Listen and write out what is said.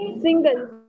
Single